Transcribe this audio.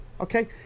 okay